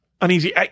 uneasy